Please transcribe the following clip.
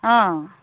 অঁ